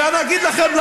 ואני אגיד לכם,